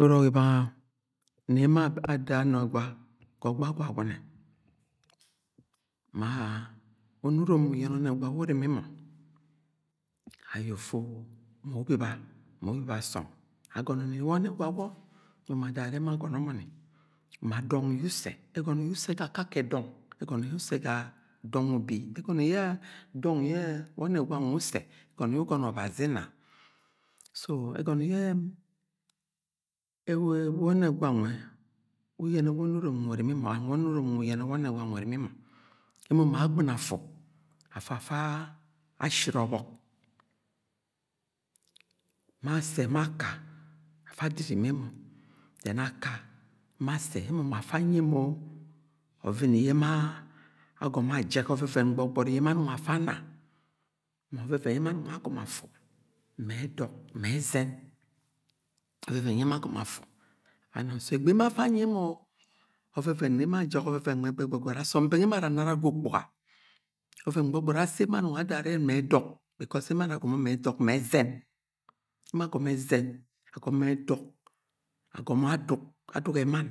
Orok ibanga na emo ga ọgbọ Agwagune ma onurom uyẹnẹ ọnegwa wu urimi mọ ayẹ ufu mu ubiba, mu ubiba asọm agọnọ ni wo ọnegwa gwọ emo ma adod arẹ emo agọnọ mọ níma dọnv yẹ ussẹ ẹgọnọ yẹ ussẹ ga akakẹ dọng ẹgọnọ ussẹ ga dọng ubi, ẹgọnọ yẹ dọng yẹ we ọnegwa nwẹ ussẹ ẹgọnọwu ugọnọ ọbazi ina, so ẹgọnọ yẹ wẹ ọnẹgwa nwẹ uyẹnẹ wo onurom nwẹ urimi mọ and wi onurom nwẹ uyẹnẹ wo ọnẹgwa nwẹ urimi mọ emo ma agbɨni afu afa-afa ashire ọbọk ma Asẹ ma Aka afa adiri ma emo dẹn Aka ma Ase emi ma afa anyi emo ọvini yẹ emo agọmo ajẹgẹ ọvẹvẹn gbọgbọri yẹ emo anung afa ana, ma, ọvẹn yẹ emo anung agomo afu ma ẹdök ma ẹzẹn ovẹvẹn yẹ emo agọmọ afu ẹgbẹ emo afa anyi emo ọvẹvẹn ne emo ajẹgẹ ọvẹvẹn nwe gbọgbọri asọm bẹng emo ara ma ẹdọk because emo ara agọmo ma ẹdọk ma ẹzẹn emo agọmọ ẹzẹn agọmọ ẹdọk agọmọ aduk aduk ẹmann